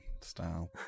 style